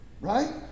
Right